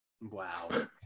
Wow